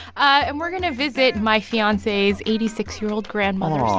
and we're going to visit my fiance's eighty six year old grandmother, ah